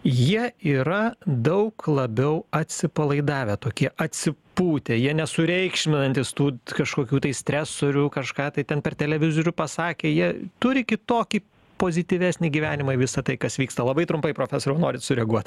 jie yra daug labiau atsipalaidavę tokie atsipūtę jie nesureikšminantys tų kažkokių tai stresorių kažką tai ten per televizorių pasakė jie turi kitokį pozityvesnį gyvenimą į visa tai kas vyksta labai trumpai profesoriau norit sureaguot